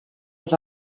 with